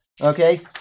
Okay